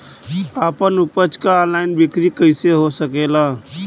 आपन उपज क ऑनलाइन बिक्री कइसे हो सकेला?